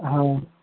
हाँ